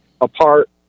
apart